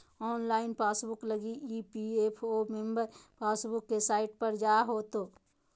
online passbook लगी EPFO member passbook के site पर जाय होतो